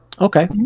Okay